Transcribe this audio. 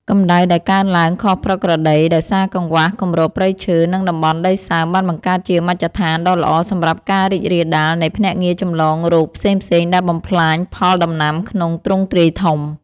កម្ដៅដែលកើនឡើងខុសប្រក្រតីដោយសារកង្វះគម្របព្រៃឈើ និងតំបន់ដីសើម បានបង្កើតជាមជ្ឈដ្ឋានដ៏ល្អសម្រាប់ការរីករាលដាលនៃភ្នាក់ងារចម្លងរោគផ្សេងៗដែលបំផ្លាញផលដំណាំក្នុងទ្រង់ទ្រាយធំ។